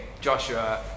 joshua